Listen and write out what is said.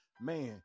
Man